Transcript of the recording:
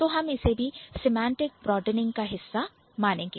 तो हम इसे भी semantic broadening सेमांटिक ब्रॉडेनिंग का हिस्सा मानेंगे